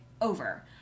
over